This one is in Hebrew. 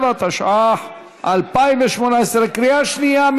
67), התשע"ח 2018, קריאה שנייה.